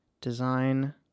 Design